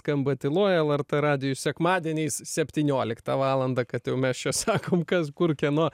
skamba tyloj lrt radijuj sekmadieniais septynioliktą valandą kad jau mes čia sakom kas kur kieno